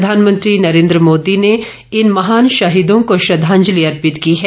प्रधानमंत्री नरेंद्र मोदी ने इन महान शहीदों को श्रद्वांजलि अर्पित की है